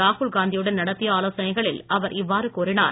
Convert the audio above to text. ராகுல் காந்தியுடன் நடத்திய ஆலோசனைகளில் அவர் இவ்வாறு கூறினார்